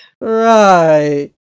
right